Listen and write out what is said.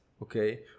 Okay